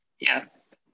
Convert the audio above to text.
yes